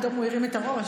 פתאום הוא הרים את הראש.